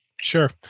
Sure